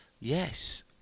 Yes